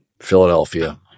Philadelphia